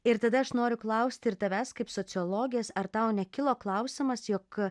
ir tada aš noriu klausti ir tavęs kaip sociologės ar tau nekilo klausimas jog